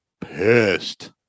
pissed